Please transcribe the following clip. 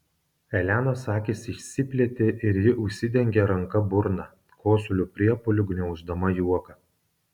elenos akys išsiplėtė ir ji užsidengė ranka burną kosulio priepuoliu gniauždama juoką